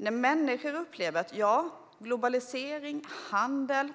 När människor upplever att globalisering och handel